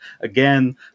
Again